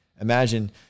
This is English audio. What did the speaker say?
imagine